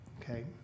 Okay